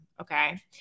Okay